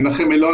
מנחם אלון,